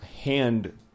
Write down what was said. hand